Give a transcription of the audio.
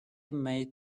made